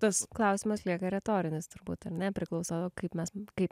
tas klausimas lieka retorinis turbūt ar ne priklauso kaip mes kaip